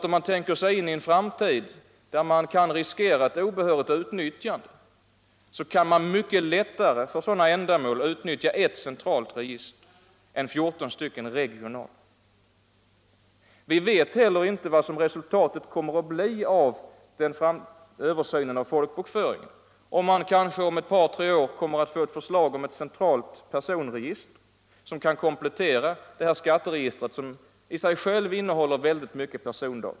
Om man tänker sig in i framtiden, där man eventuellt riskerar ett obehörigt utnyttjande, är det mycket lättare att för sådana ändamål använda ett centralt register än 14 regionala. Vi vet inte heller resultatet av översynen av folkbokföringen. Kanske kommer det om ett par tre år ett förslag om ett centralt personregister som kan komplettera skatteregistret, vilket i sig självt innehåller många persondata.